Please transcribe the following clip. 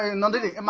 and monday um